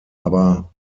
aber